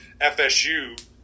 FSU